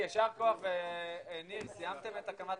הישיבה ננעלה